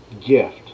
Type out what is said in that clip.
gift